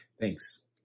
Thanks